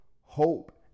hope